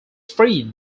freed